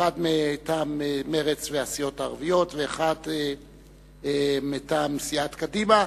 אחת מטעם מרצ והסיעות הערביות ואחת מטעם סיעת קדימה,